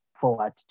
forward